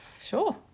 Sure